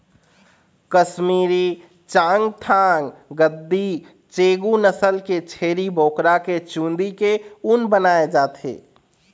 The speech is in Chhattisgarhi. कस्मीरी, चाँगथाँग, गद्दी, चेगू नसल के छेरी बोकरा के चूंदी के ऊन बनाए जाथे